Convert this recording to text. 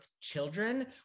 children